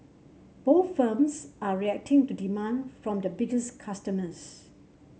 both firms are reacting to demand from their biggest customers